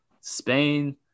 spain